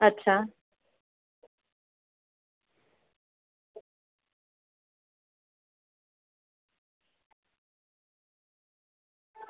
અચ્છા